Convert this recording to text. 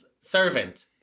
servant